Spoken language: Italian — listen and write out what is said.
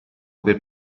per